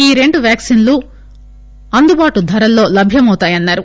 ఈ రెండు వ్యాక్సిన్ లు అందుబాటు ధరల్లో లభ్యమౌతాయన్నారు